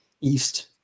east